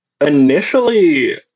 Initially